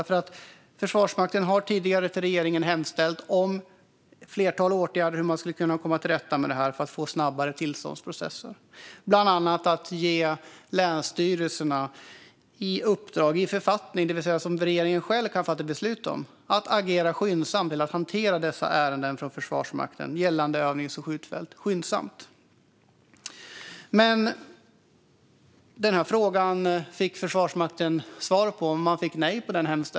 Försvarsmakten har tidigare hemställt hos regeringen om ett flertal åtgärder som skulle kunna komma till rätta med detta för att få snabbare tillståndsprocesser, bland annat att ge länsstyrelserna i uppdrag i författning, det vill säga som regeringen själv kan fatta beslut om, att hantera dessa ärenden från Försvarsmakten gällande övnings och skjutfält skyndsamt. Men på denna hemställan fick Försvarsmakten ett nej.